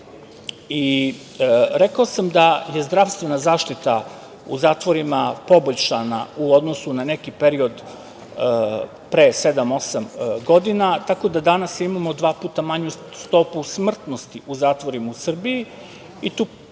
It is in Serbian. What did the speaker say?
košta. Rekao sam da je zdravstvena zaštita u zatvorima poboljšana u odnosu na neki period pre sedam, osam godina tako da danas imamo dva puta manju stopu smrtnosti u zatvorima u Srbiji i tu se